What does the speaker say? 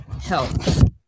health